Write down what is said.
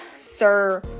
Sir